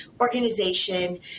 organization